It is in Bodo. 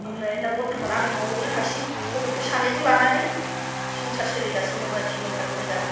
ओमफ्राय दा बरर्तमान आं न'आवनो हारसिं गथ'फोर सानैखौ लानानै संसार सोलिगासिनो दं आरोखि मोजाङै मोजां